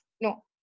No